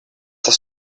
das